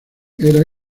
era